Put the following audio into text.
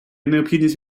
необхідність